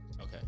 Okay